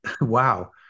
Wow